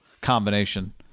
combination